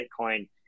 Bitcoin